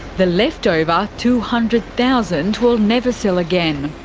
the leftover two hundred thousand will never sell again.